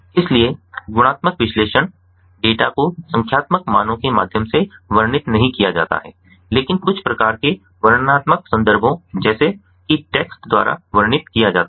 इसलिए गुणात्मक विश्लेषण डेटा को संख्यात्मक मानों के माध्यम से वर्णित नहीं किया जाता है लेकिन कुछ प्रकार के वर्णनात्मक संदर्भों जैसे कि टेक्स्ट द्वारा वर्णित किया जाता है